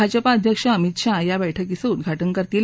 भाजपा अध्यक्ष अमित शाह या बैठकीचं उद्घा ज़ करतील